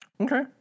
Okay